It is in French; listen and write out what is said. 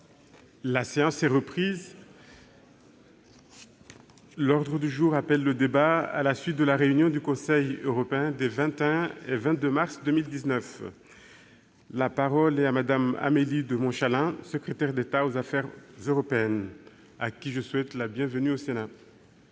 La séance est reprise. L'ordre du jour appelle le débat à la suite de la réunion du Conseil européen des 21 et 22 mars 2019. La parole est à Mme la secrétaire d'État, à qui je souhaite la bienvenue au Sénat.